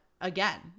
again